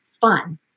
fun